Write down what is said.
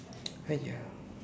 !haiya!